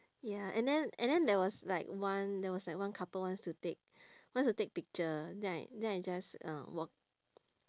ya and then and then there was like one there was like one couple wants to take wants to take picture then I then I just uh walk